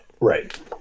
right